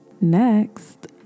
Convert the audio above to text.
Next